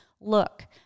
Look